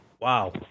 wow